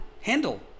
handle